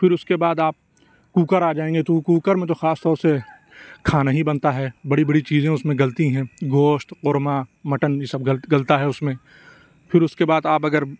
پھر اُس کے بعد آپ کوکر آ جائیں گے تو کوکر میں تو خاص طور سے کھانا ہی بنتا ہے بڑی بڑی چیزیں اُس میں گلتی ہیں گوشت قورمہ مٹن یہ سب گلتا گلتا ہے اُس میں پھر اُس کے بعد آپ اگر